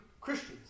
Christians